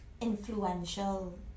influential